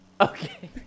Okay